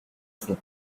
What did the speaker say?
font